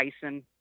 Tyson